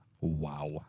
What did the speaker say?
Wow